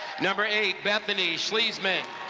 number eight, bethany schleisman.